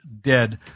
dead